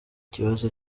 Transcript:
ikibazo